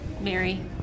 Mary